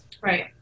Right